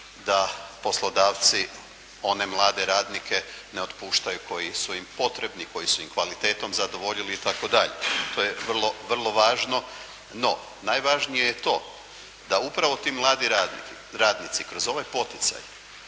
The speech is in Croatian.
da poslodavci one mlade radnike ne otpuštaju koji su im potrebni, koji su im kvalitetom zadovoljili itd., to je vrlo važno. No, najvažnije je to, da upravo ti mladi radnici kroz ovaj poticaj